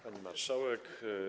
Pani Marszałek!